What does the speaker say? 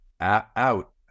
out